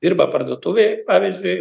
dirba parduotuvėj pavyzdžiui